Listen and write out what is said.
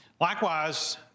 Likewise